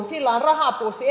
sillä on rahapussi